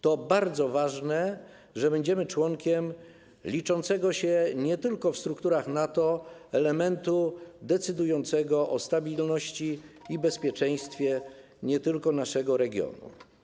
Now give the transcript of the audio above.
To bardzo ważne, że będziemy członkiem liczącego się nie tylko w strukturach NATO elementu decydującego o stabilności i bezpieczeństwie nie tylko naszego regionu.